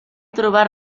trobat